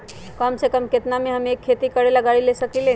कम से कम केतना में हम एक खेती करेला गाड़ी ले सकींले?